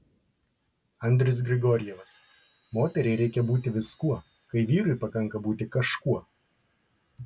andrius grigorjevas moteriai reikia būti viskuo kai vyrui pakanka būti kažkuo